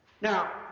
Now